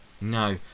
No